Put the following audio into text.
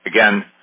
again